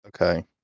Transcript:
Okay